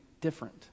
different